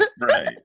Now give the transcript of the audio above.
Right